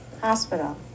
Hospital